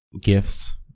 gifts